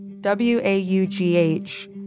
W-A-U-G-H